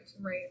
right